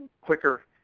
quicker